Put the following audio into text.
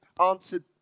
answered